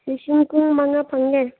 ꯂꯤꯁꯤꯡ ꯀꯨꯟ ꯃꯉꯥ ꯐꯪꯉꯦ